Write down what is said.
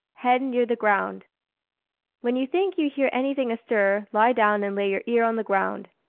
head near the ground when you think you hear anything astir, lie down and lay your ear on the ground.